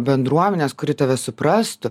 bendruomenės kuri tave suprastų